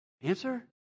Answer